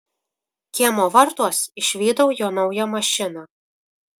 kiemo vartuos išvydau jo naują mašiną